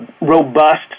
robust